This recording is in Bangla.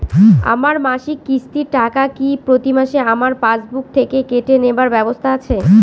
আমার মাসিক কিস্তির টাকা কি প্রতিমাসে আমার পাসবুক থেকে কেটে নেবার ব্যবস্থা আছে?